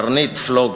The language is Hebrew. קרנית פלוג,